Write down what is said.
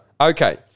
Okay